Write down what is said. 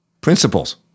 principles